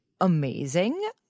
amazing